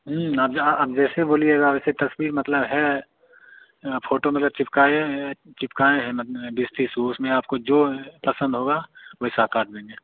आप जहाँ आप जैसे बोलिएगा वैसे तस्वीर मतलब है आ फ़ोटो मतलब चिपकाए हैं चिपकाए हैं मत बीस तीस उसमें आपको जो पसंद होगा वैसा काट देंगे